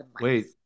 Wait